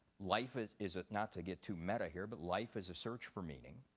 life is is ah not to get too meta here, but life is a search for meaning.